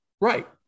Right